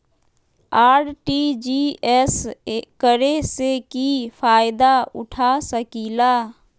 RTGS करे से की फायदा उठा सकीला?